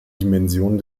dimensionen